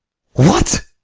what!